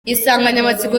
insanganyamatsiko